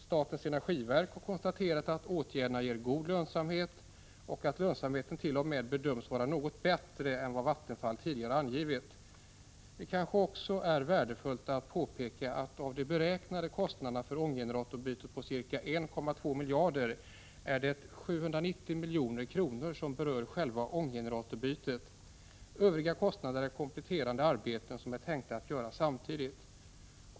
Statens energiverk har konstaterat att åtgärderna ger god lönsamhet och att lönsamheten t.o.m. bedöms vara något bättre än vad Vattenfall tidigare har angivit. Det kanske också är värdefullt att påpeka att det av de beräknade kostnaderna för ånggeneratorbytet på ca 1,2 miljarder kronor är 790 milj.kr. exkl. ränta som berör själva bytet. Övriga kostnader utgörs av kompletterande arbeten som man har tänkt göra samtidigt.